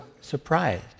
surprised